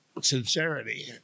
sincerity